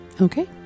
Okay